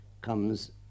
comes